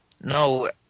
No